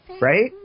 Right